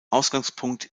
ausgangspunkt